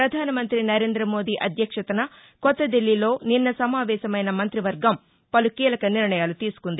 ప్రధానమంతి నరేంద్రమోదీ అధ్వక్షతన కొత్తదిల్లీలో నిన్న సమావేశమైన మంత్రివర్గం పలు కీలకనిర్ణయాలు తీసుకుంది